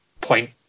point